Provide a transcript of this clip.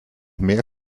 mehr